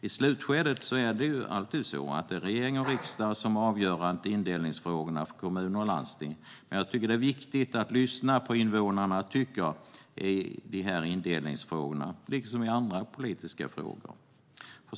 I slutskedet är det alltid regering och riksdag som avgör indelningsfrågorna för kommuner och landsting, men det är viktigt att lyssna på vad invånarna tycker i indelningsfrågorna liksom i andra politiska frågor.